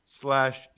slash